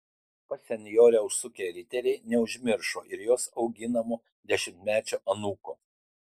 pas senjorę užsukę riteriai neužmiršo ir jos auginamo dešimtmečio anūko